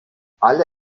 alle